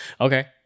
okay